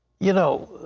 you know,